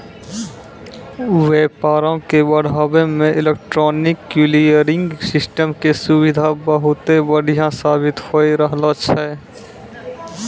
व्यापारो के बढ़ाबै मे इलेक्ट्रॉनिक क्लियरिंग सिस्टम के सुविधा बहुते बढ़िया साबित होय रहलो छै